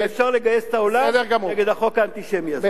ואפשר לגייס את העולם נגד החוק האנטישמי הזה.